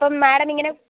അപ്പോൾ മാഡമിങ്ങനെ